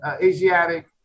Asiatic